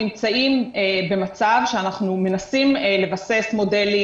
נמצאים במצב שאנחנו מנסים לבסס מודלים